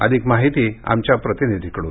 अधिक माहिती आमच्या प्रतिनिधीकडून